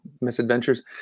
misadventures